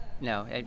no